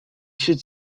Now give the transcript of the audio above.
should